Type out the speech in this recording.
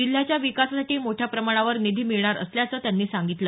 जिल्ह्याच्या विकासासाठी मोठ्या प्रमाणावर निधी मिळणार असल्याचं त्यांनी सांगितलं